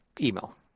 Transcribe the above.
email